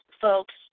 folks